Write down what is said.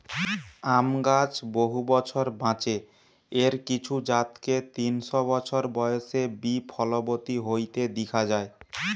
আম গাছ বহু বছর বাঁচে, এর কিছু জাতকে তিনশ বছর বয়সে বি ফলবতী হইতে দিখা যায়